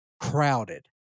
crowded